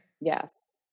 Yes